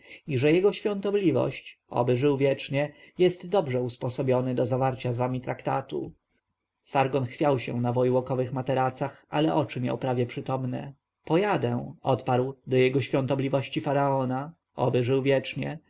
i że jego świątobliwość oby żył wiecznie jest dobrze usposobiony do zawarcia z wami traktatu sargon chwiał się na wojłokowych materacach ale oczy miał prawie przytomne pojadę odparł do jego świątobliwości faraona oby żył wiecznie